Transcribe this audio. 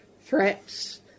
threats